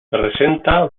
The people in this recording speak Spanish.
presenta